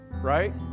right